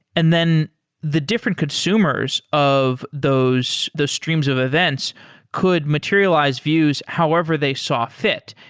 and then the different consumers of those those streams of events could materialize views however they saw fit.